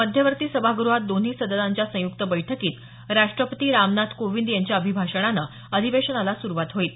मध्यवर्ती सभागृहात दोन्ही सदनांच्या संयुक्त बैठकीत राष्ट्रपती रामनाथ कोविंद यांच्या अभिभाषणानं अधिवेशनाला सुरुवात होईल